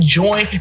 join